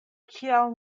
kial